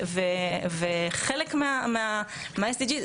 וחלק מה-SDG,